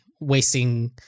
wasting